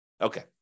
Okay